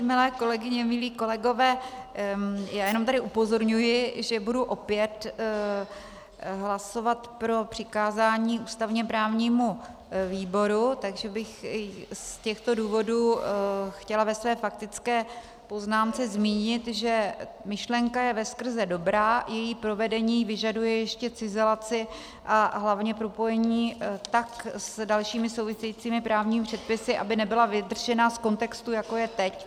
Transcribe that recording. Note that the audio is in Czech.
Milé kolegyně, milí kolegové, já jenom tady upozorňuji, že budu opět hlasovat pro přikázání ústavněprávnímu výboru, takže bych chtěla z těchto důvodů ve své faktické poznámce zmínit, že myšlenka je veskrze dobrá, její provedení vyžaduje ještě cizelaci a hlavně propojení také s dalšími souvisejícími právními předpisy, aby nebyla vytržena z kontextu, jako je teď.